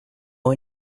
one